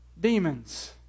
demons